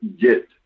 get